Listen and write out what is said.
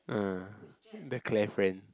uh the Clair friend